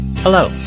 Hello